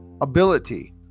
ability